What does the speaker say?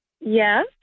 Yes